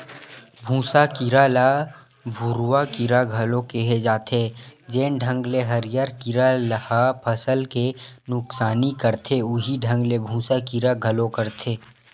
भूँसा कीरा ल भूरूवा कीरा घलो केहे जाथे, जेन ढंग ले हरियर कीरा ह फसल के नुकसानी करथे उहीं ढंग ले भूँसा कीरा घलो करथे